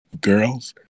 girls